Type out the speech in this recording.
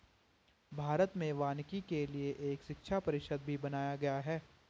भारत में वानिकी के लिए एक शिक्षा परिषद भी बनाया गया है